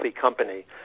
company